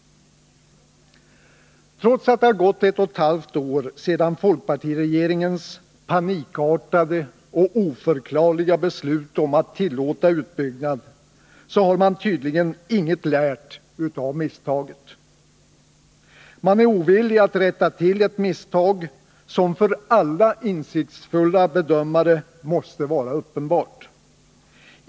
Trots att det har gått ett och ett halvt år sedan folkpartiregeringens panikartade och oförklarliga beslut att tillåta utbyggnad, har man tydligen inget lärt av misstaget. Man är ovillig att rätta till misstaget, som för alla insiktsfulla bedömare måste vara uppenbart.